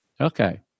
Okay